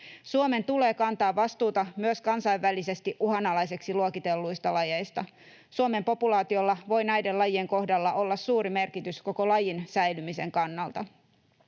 Suomen tulee kantaa vastuuta myös kansainvälisesti uhanalaiseksi luokitelluista lajeista. Suomen populaatiolla voi näiden lajien kohdalla olla suuri merkitys koko lajin säilymisen kannalta.